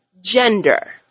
gender